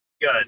Good